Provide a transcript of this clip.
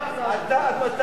עד מתי תהיה,